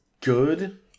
good